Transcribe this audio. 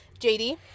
JD